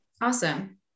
Awesome